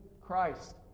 Christ